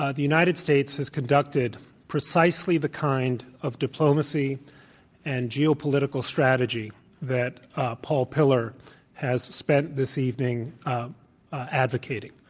ah the united states has conducted precisely the kind of diplomacy and geopolitical strategy that paul pillar has spent this evening advocating.